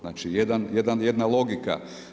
Znači, jedna logika.